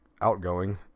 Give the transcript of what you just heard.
outgoing